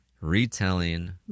retelling